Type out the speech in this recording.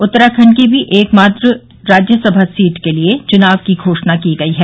उत्तराखंड की भी एक मात्र राज्यसभा की सीट के लिए चुनाव की घोषणा की गई है